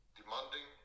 demanding